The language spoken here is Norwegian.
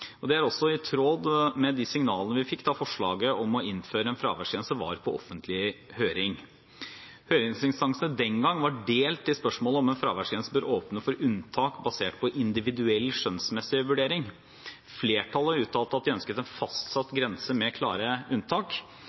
og det er også i tråd med de signalene vi fikk da forslaget om å innføre en fraværsgrense var på offentlig høring. Høringsinstansene den gang var delt i spørsmålet om hvorvidt en fraværsgrense bør åpne for unntak basert på en individuell skjønnsmessig vurdering. Flertallet uttalte at de ønsket en fastsatt grense med klare unntak.